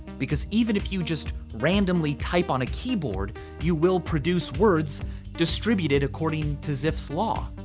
because even if you just randomly type on a keyboard you will produce words distributed according to zipf's law.